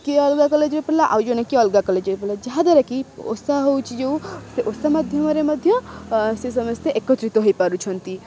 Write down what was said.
କିଏ ଅଲଗା କଲେଜରେ ପଢ଼ିଲା ଆଉ ଜଣେ କିଏ ଅଲଗା କଲେଜରେ ପଢ଼ିଲା ଯାହାଦ୍ୱାରା କି ଓଷା ହେଉଛି ଯେଉଁ ସେ ଓଷା ମାଧ୍ୟମରେ ମଧ୍ୟ ସେ ସମସ୍ତେ ଏକତ୍ରିତ ହୋଇପାରୁଛନ୍ତି